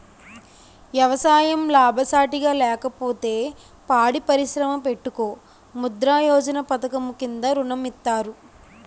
ఎవసాయం లాభసాటిగా లేకపోతే పాడి పరిశ్రమ పెట్టుకో ముద్రా యోజన పధకము కింద ఋణం ఇత్తారు